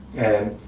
and,